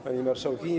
Pani Marszałkini!